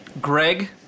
Greg